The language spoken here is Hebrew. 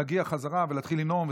להגיע בחזרה ולהתחיל לנאום.